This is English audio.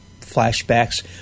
flashbacks